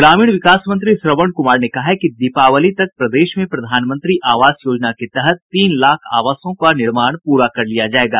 ग्रामीण विकास मंत्री श्रवण कुमार ने कहा है कि दीपावली तक प्रदेश में प्रधानमंत्री आवास योजना के तहत तीन लाख आवासों का निर्माण पूरा कर लिया जायेगा